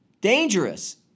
dangerous